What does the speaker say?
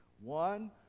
one